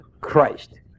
Christ